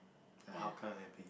like how kind of happy